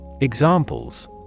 Examples